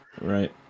right